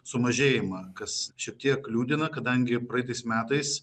sumažėjimą kas šiek tiek liūdina kadangi praeitais metais